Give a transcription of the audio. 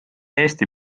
eesti